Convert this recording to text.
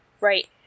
right